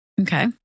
Okay